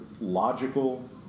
logical